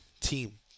team